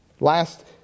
Last